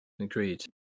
agreed